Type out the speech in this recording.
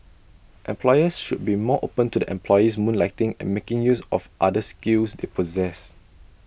employers should be more open to their employees moonlighting and making use of other skills they possess